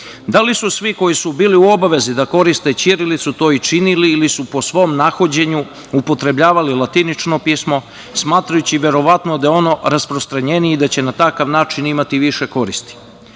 Da li su svi koji su bili u obavezi da koriste ćirilicu to i činili ili su po svom nahođenju upotrebljavali latinično pismo, smatrajući verovatno da je ono rasprostranjenije i da će na takav način imati više koristi?